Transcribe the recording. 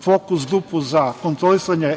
"Fokus grupu za kontrolisanje